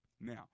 Now